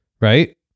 Right